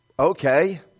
Okay